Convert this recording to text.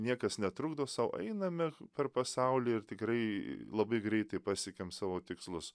niekas netrukdo sau einame per pasaulį ir tikrai labai greitai pasiekėm savo tikslus